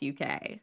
UK